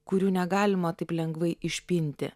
kurių negalima taip lengvai išpinti